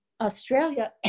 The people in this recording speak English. Australia